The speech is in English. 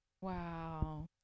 wow